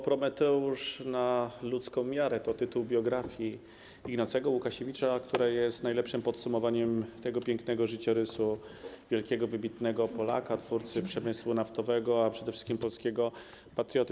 Prometeusz na ludzką miarę” to tytuł biografii Ignacego Łukasiewicza, która jest najlepszym podsumowaniem tego pięknego życiorysu wielkiego, wybitnego Polaka, twórcy przemysłu naftowego, a przede wszystkim polskiego patrioty.